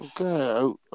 Okay